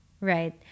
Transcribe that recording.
Right